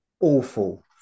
awful